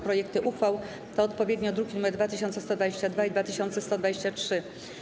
Projekty uchwał to druki odpowiednio druki nr 2122 i 2123.